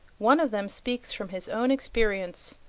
one of them speaks from his own experience,